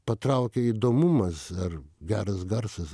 patraukia įdomumas ar geras garsas